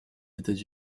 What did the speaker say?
états